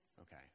Okay